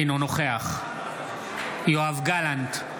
אינו נוכח יואב גלנט,